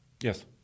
Yes